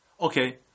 okay